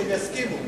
שיסכימו.